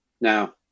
Now